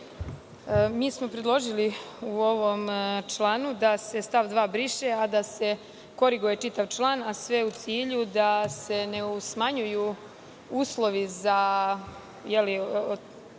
Mi smo predložili u ovom članu da se stav 2. briše, a da se koriguje čitav član, a sve u cilju da se ne smanjuju uslovi za